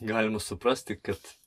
galima suprasti kad